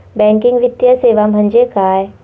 Banking वित्तीय सेवा म्हणजे काय?